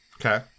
Okay